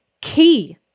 key